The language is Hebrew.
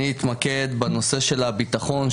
אתמקד בנושא של הביטחון,